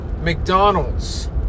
McDonald's